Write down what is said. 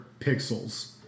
pixels